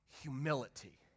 Humility